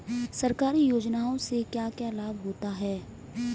सरकारी योजनाओं से क्या क्या लाभ होता है?